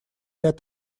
ряд